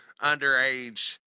underage